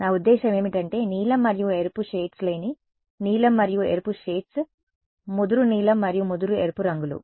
నా ఉద్దేశ్యం ఏమిటి అంటే నీలం మరియు ఎరుపు షేడ్స్ లేని నీలం మరియు ఎరుపు షేడ్స్ ముదురు నీలం మరియు ముదురు ఎరుపు రంగులు